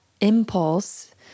impulse